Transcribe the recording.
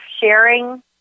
sharing